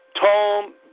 Tom